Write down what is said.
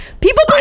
people